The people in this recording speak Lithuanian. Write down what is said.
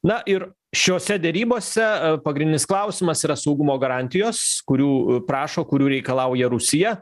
na ir šiose derybose pagrindinis klausimas yra saugumo garantijos kurių prašo kurių reikalauja rusija